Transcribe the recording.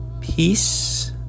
Peace